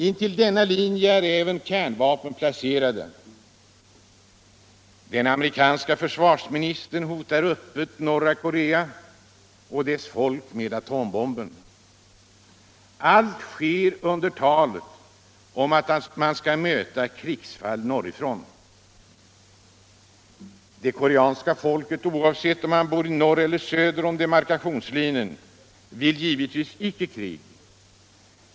Intill denna linje är även kärnvapen placerade. Den amerikanske försvarsministern hotar öppet norra Korea och dess folk med atombomber. Allt sker under tal om att man skall möta krigsfall norrifrån. Det koreanska folket. oavsett om man bor norr eller söder om demarkationslinjen, vill givetvis inte krig.